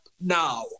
Now